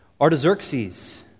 Artaxerxes